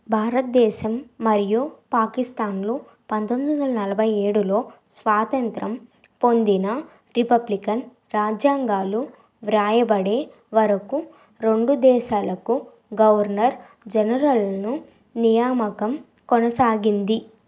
భారతదేశం మరియు పాకిస్తాన్లు పంతొమ్మిది నలభై ఏడులో స్వాతంత్య్రం పొందిన రిపబ్లికన్ రాజ్యాంగాలు వ్రాయబడే వరకు రెండు దేశాలకు గవర్నర్ జనరల్ను నియామకం కొనసాగింది